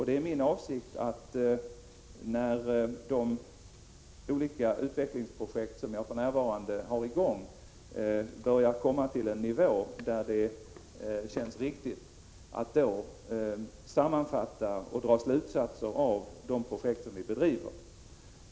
Det är min avsikt att, när de olika utvecklingsprojekt som vi för närvarande har kommer till en nivå där det känns riktigt, sammanfatta och dra slutsatser av dessa projekt.